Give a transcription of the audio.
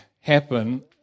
happen